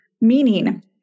meaning